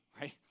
right